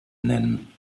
nennen